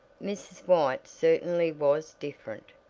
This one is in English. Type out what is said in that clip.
mrs. white certainly was different.